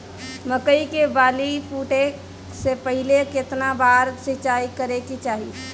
मकई के बाली फूटे से पहिले केतना बार सिंचाई करे के चाही?